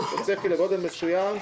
יש צפי לגודל מסוים,